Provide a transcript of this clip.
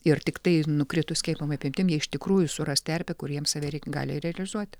ir tiktai nukritus skiepijimo apimtim jie iš tikrųjų suras terpę kur jiems save reik gali realizuoti